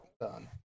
Done